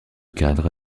cadre